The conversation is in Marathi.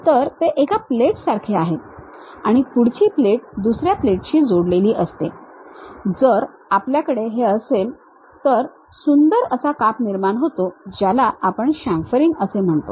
तर ते एका प्लेटसारखे आहेत पुढची प्लेट दुसर्या प्लेटशी जोडलेली असते जर आपल्याकडे हे असे असेल तर तर सुंदर असा काप निर्माण होतो ज्याला आपण शामफरिंग असे म्हणतो